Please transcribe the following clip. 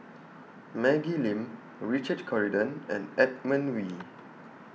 Maggie Lim Richard Corridon and Edmund Wee